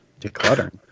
decluttering